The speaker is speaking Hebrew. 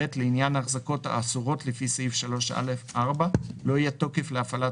לעניין החזקות האסורות לפי סעיף 3(א)(4) לא יהיה תוקף להפעלת